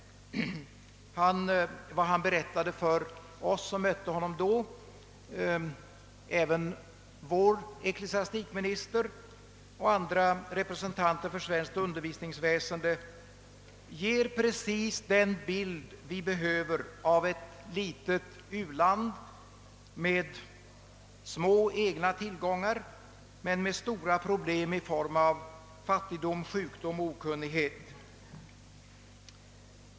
Vad han berättade för oss som i förra veckan mötte honom -— det gäller även vår ecklesiastikminister och andra representanter för svenskt undervisningsväsende — ger precis den bild vi behöver av ett litet u-land med små egna tillgångar men med stora problem i form av fattigdom, sjukdom och okunnighet.